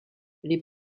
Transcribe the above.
les